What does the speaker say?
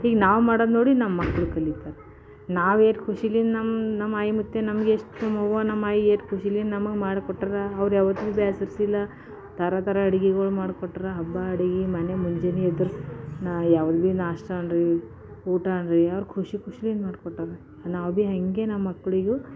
ಹೀಗೆ ನಾವು ಮಾಡೋದು ನೋಡಿ ನಮ್ಮ ಮಕ್ಳು ಕಲೀತಾರೆ ನಾವೇ ಖುಷೀಲಿ ನಮ್ಮ ನಮೈನುತ್ತೆ ನಮ್ಗೆಷ್ಟು ನೋವು ನಮ ಏಟು ಖುಷೀಲಿ ನಮಗೆ ಮಾಡ್ಕೊಟ್ಟಾರೆ ಅವ್ರು ಯಾವತ್ತಿಗೆ ಬೇಸರಿಸಿಲ್ಲ ಥರಥರ ಅಡ್ಗೆಗಳು ಮಾಡ್ಕೊಟ್ರೆ ಹಬ್ಬ ಅಡುಗೆ ಮನೆ ಮಂಜಿನ ಇದ್ರೆ ನಾ ಯಾವುದೇ ನಾಷ್ಟಾನಾರೆ ಅನ್ರಿ ಊಟ ಅನ್ರಿ ಅವ್ರು ಖುಷಿ ಖುಷಿಯಾಗಿ ಮಾಡಿ ಕೊಟ್ಟಾರು ನಾವು ಭೀ ಹೇಗೆ ನಮ್ಮ ಮಕ್ಕಳಿಗು